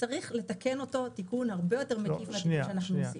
צריך לתקן אותו תיקון הרבה יותר מקיף מהתיקון שאנחנו עושים.